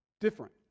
Different